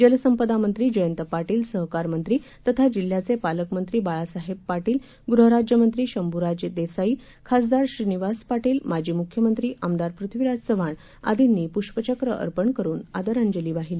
जलसंपदा मंत्री जयंत पाटील सहकार मंत्री तथा जिल्ह्याचे पालकमंत्री बाळासाहेब पाटील गुहराज्यमंत्री शंभूराज देसाई खासदार श्रीनिवास पाटील माजी म्ख्यमंत्री आमदार पृथ्वीराज चव्हाण आदींनी प्ष्पचक्र अर्पण करून आदरांजली वाहिली